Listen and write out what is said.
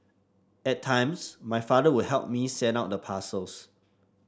at times my father would help me send out the parcels